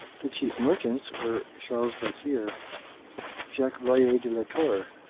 the chief merchants were charles basire, jacques loyer de latour,